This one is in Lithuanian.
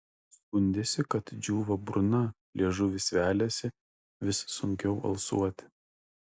skundėsi kad džiūva burna liežuvis veliasi vis sunkiau alsuoti